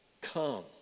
come